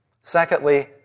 Secondly